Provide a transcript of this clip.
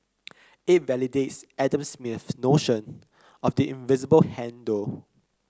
it validates Adam Smith's notion of the invisible hand though